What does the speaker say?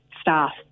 staff